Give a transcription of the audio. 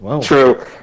True